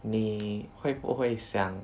你会不会想